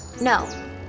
No